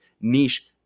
niche